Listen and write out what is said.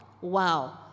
wow